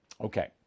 Okay